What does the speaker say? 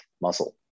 muscle